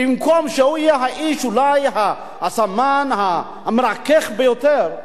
במקום שהוא יהיה אולי הסמן המרכך ביותר,